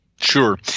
Sure